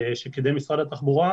שקידם משרד התחבורה,